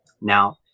Now